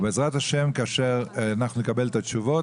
בעזרת השם כאשר אנחנו נקבל את התשובות,